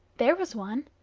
there was one!